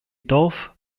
dorf